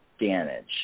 damage